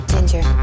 Ginger